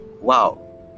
wow